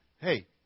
hey